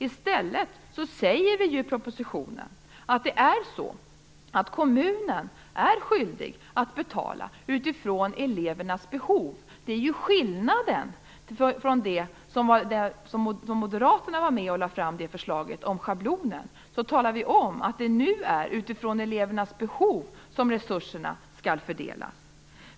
I stället säger vi ju i propositionen att kommunen är skyldig att betala utifrån elevernas behov. Det är ju skillnaden mot det förslag som moderaterna var med och lade fram om schablonen. Nu talar vi om att det är utifrån elevernas behov som resurserna skall fördelas.